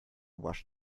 wash